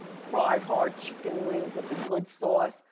fried, hard chicken wings with the good sauce.